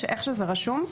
איך שזה רשום,